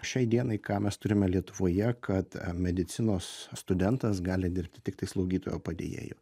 šiai dienai ką mes turime lietuvoje kad medicinos studentas gali dirbti tiktai slaugytojo padėjėju